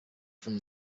from